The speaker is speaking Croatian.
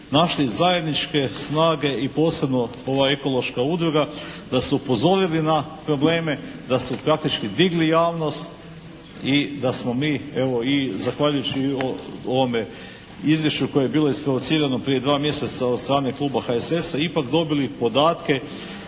našli zajedničke snage i posebno ova ekološka udruga da su upozorili na probleme, da su praktički digli javnost i da smo mi evo i zahvaljujući ovome izvješću koje je bilo isprovocirano prije dva mjeseca od strane kluba HSS-a, ipak dobili podatke